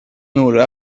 نور